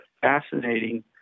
fascinating